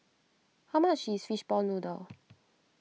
how much is Fishball Noodle